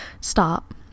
stop